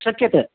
शक्यते